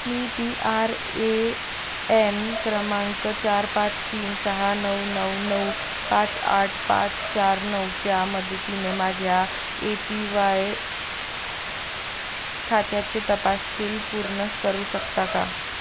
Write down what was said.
me P R A N क्रमांक चार पाच तीन सहा नऊ नऊ नऊ पाच आठ पाच चार नऊच्या मदतीने माझ्या ए पी वाय खात्याचे तपशील पूर्ण करू शकता का